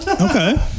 Okay